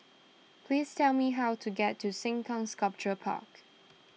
please tell me how to get to Sengkang Sculpture Park